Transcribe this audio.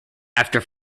after